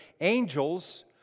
angels